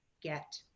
get